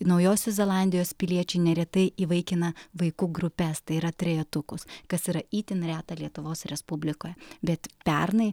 naujosios zelandijos piliečiai neretai įvaikina vaikų grupes tai yra trejetukus kas yra itin reta lietuvos respublikoje bet pernai